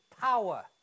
power